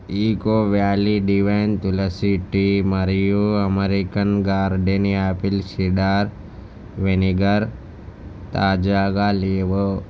eco valley divine tulsi tea మరియు American garden apple cider vinegar తాజాగా లేవు